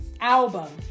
album